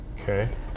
okay